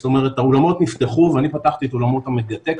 זאת אומרת האולמות נפתחו ואני פתחתי את המדיטק,